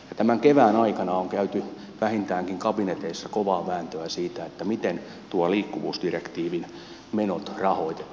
tämän kevään aikana on käyty vähintäänkin kabineteissa kovaa vääntöä siitä miten tuon liikkuvuusdirektiivin menot rahoitetaan